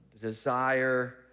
desire